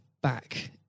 back